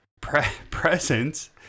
presents